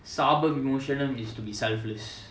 சாபம் விமோசனம்:saabam vimosanam is to be selfless